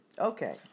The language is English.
Okay